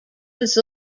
was